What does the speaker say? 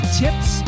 tips